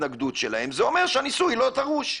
התנגדות שלהם, זה אומר שהניסוי לא דרוש.